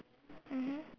mmhmm